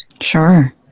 Sure